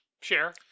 share